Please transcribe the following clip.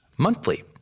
monthly